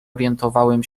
orientowałem